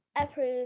approve